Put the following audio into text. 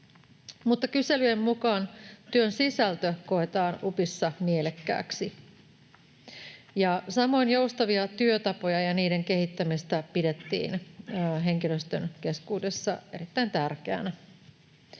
mutta kyselyjen mukaan työn sisältö koetaan UPIssa mielekkääksi. Samoin joustavia työtapoja ja niiden kehittämistä pidettiin henkilöstön keskuudessa erittäin tärkeinä.